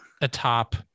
atop